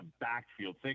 backfield